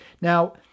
Now